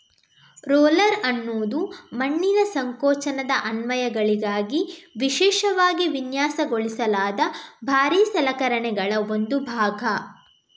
roller ಅನ್ನುದು ಮಣ್ಣಿನ ಸಂಕೋಚನದ ಅನ್ವಯಗಳಿಗಾಗಿ ವಿಶೇಷವಾಗಿ ವಿನ್ಯಾಸಗೊಳಿಸಲಾದ ಭಾರೀ ಸಲಕರಣೆಗಳ ಒಂದು ಭಾಗ